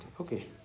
okay